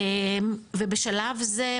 ובשלב זה,